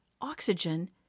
oxygen